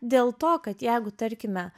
dėl to kad jeigu tarkime